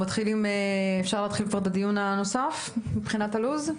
אפשר להתחיל כבר את הדיון הנוסף מבחינת הלוז?